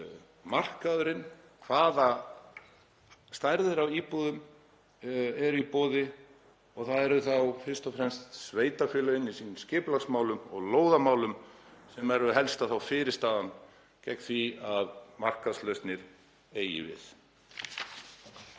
markaður um hvaða stærðir á íbúðum eru í boði. Það eru þá fyrst og fremst sveitarfélögin í sínum skipulags- og lóðamálum sem eru helsta fyrirstaðan gegn því að markaðslausnir eigi við.